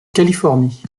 californie